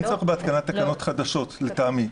אין צורך בהתקנת תקנות חדשות לטעמי.